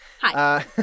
Hi